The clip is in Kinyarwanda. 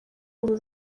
uru